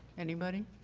anybody?